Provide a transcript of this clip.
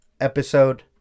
episode